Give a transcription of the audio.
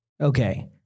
Okay